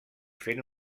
fent